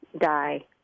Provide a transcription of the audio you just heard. die